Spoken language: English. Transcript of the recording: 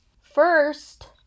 First